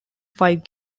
five